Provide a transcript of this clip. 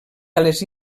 les